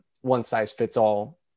one-size-fits-all